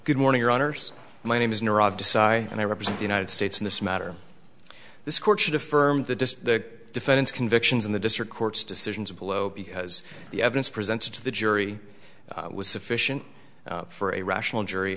good morning runners my name is neuron and i represent the united states in this matter this court should affirm the just the defendant's convictions in the district court's decisions below because the evidence presented to the jury was sufficient for a rational jury